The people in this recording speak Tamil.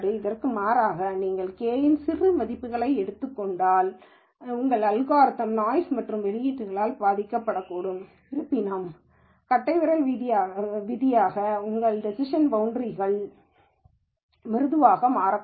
அதற்கு மாறாக நீங்கள் k இன் சிறிய மதிப்புகளைப் பயன்படுத்தினால் உங்கள் அல்காரிதம் நாய்ஸ் மற்றும் வெளியீட்டாளர்களால் பாதிக்கப்படக்கூடும் இருப்பினும் கட்டைவிரல் விதியாக உங்கள் டேசிஷன் பௌன்ட்ரீ கள் மிருதுவாக மாறக்கூடும்